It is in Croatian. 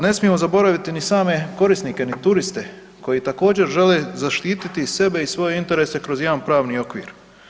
Ne smijemo zaboraviti ni same korisnike, ni turiste koji također žele zaštititi sebe i svoje interese kroz jedan pravni okvir.